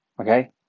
Okay